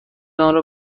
آنرا